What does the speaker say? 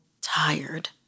tired